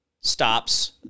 stops